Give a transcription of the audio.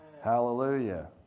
Hallelujah